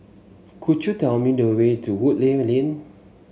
could you tell me the way to Woodleigh Lane